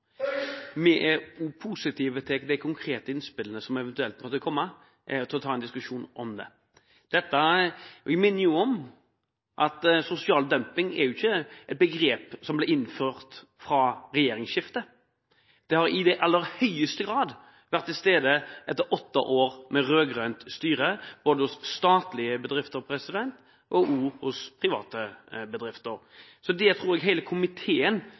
Vi er også positive til å ta en diskusjon om de konkrete innspillene som eventuelt måtte komme. Jeg minner om at sosial dumping ikke er et begrep som ble innført etter regjeringsskiftet. Det har i aller høyeste grad vært til stede etter åtte år med rød-grønt styre både i statlige bedrifter og i private bedrifter. Jeg tror hele komiteen